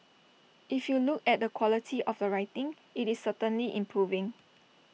if you look at the quality of the writing IT is certainly improving